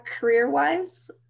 Career-wise